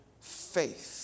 faith